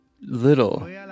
little